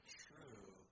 true